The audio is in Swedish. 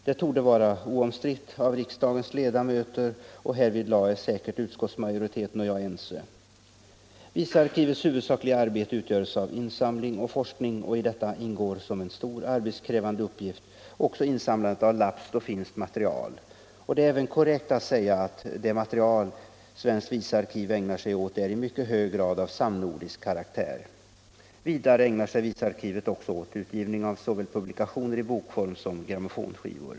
Det torde vara oomstritt av riksdagens ledamöter, och härvidlag är säkert utskottsmajoriteten och jag ense. Visarkivets huvudsakliga arbete utgörs av insamling och forskning, och i detta ingår såsom en stor arbetskrävande uppgift också insamlandet av lapskt och finskt material. Det är korrekt att säga att det material som svenskt visarkiv ägnar sig åt är i mycket hög grad av samnordisk karaktär. Visarkivet ägnar sig också åt utgivning av såväl publikationer i bokform som grammofonskivor.